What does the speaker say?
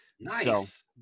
Nice